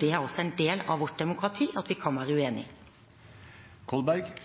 Det er også en del av vårt demokrati at vi kan være